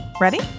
Ready